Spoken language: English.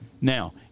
Now